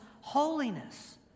holiness